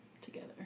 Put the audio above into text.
together